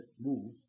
move